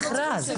המכרז.